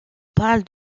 parle